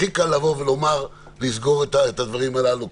הכי קל לבוא ולומר לסגור את הדברים הללו.